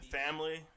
family